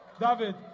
David